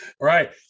right